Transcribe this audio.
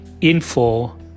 info